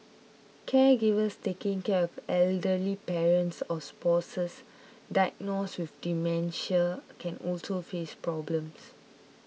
caregivers taking care of elderly parents or spouses diagnosed with dementia can also face problems